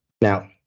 Now